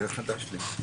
זה חדש לי.